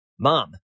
Mom